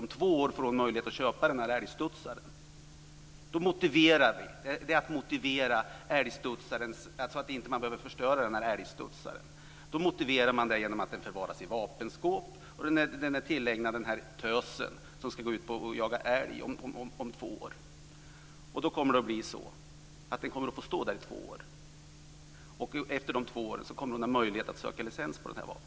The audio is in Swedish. Om två år får hon möjlighet att köpa den. Det är ett motiv till att man inte behöver förstöra den här älgstudsaren. Man motiverar det med att den förvaras i vapenskåp och att den är tillägnad den här tösen, som ska jaga älg om två år. Den kommer då att få stå där i två år. Efter de två åren kommer hon att ha möjlighet att söka licens för det här vapnet.